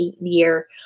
year